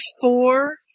four